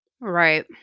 Right